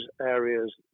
areas